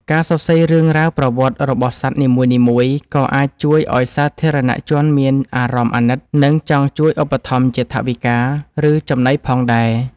ការសរសេររឿងរ៉ាវប្រវត្តិរបស់សត្វនីមួយៗ ក៏អាចជួយឱ្យសាធារណជនមានអារម្មណ៍អាណិត និងចង់ជួយឧបត្ថម្ភជាថវិកា ឬចំណីផងដែរ។